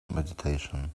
meditation